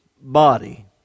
body